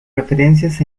referencias